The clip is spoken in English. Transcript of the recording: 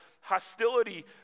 hostility